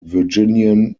virginian